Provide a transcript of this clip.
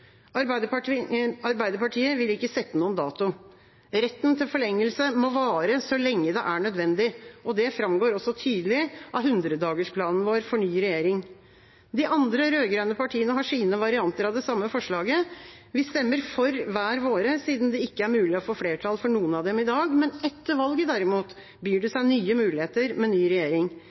Arbeiderpartiet vil ikke sette noen dato. Retten til forlengelse må vare så lenge det er nødvendig. Det framgår også tydelig av 100-dagersplanen vår for ny regjering. De andre rød-grønne partiene har sine varianter av det samme forslaget. Vi stemmer for hver våre siden det ikke er mulig å få flertall for noen av dem i dag. Men etter valget, derimot, byr det seg nye muligheter med ny regjering.